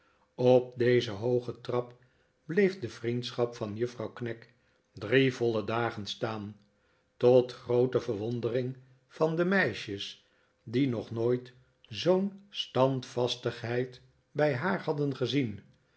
op dezen hoogen trap bleef de vriendschap van juffrouw knag drie voile dagen staan tot groote verwondering van de meisjes die nog nooit zoo'n standvastigheid bij haar hadden gezien